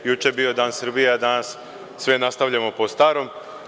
Juče je bio dan Srbije, a danas sve nastavljamo po starom.